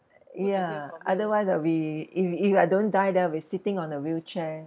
ya otherwise ah we if if I don't die then I'll be sitting on a wheelchair